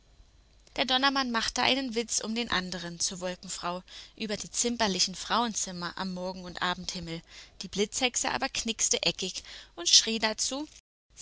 der donnermann machte einen witz um den anderen zur wolkenfrau über die zimperlichen frauenzimmer am morgen und abendhimmel die blitzhexe aber knickste eckig und schrie dazu